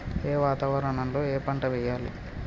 ఏ వాతావరణం లో ఏ పంట వెయ్యాలి?